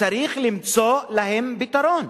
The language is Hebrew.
וצריך למצוא להם פתרון.